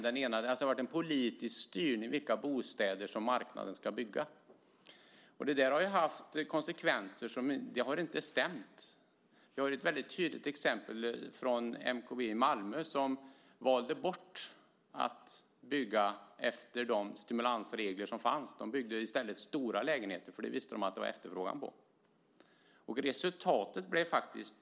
Det har varit en politisk styrning av vilka bostäder som marknaden ska bygga. Det har fått konsekvenser. Det har inte stämt. Vi har ett väldigt tydligt exempel från MKB i Malmö som valde bort att bygga efter de stimulansregler som fanns. De byggde i stället stora lägenheter, för det visste de att det var efterfrågan på.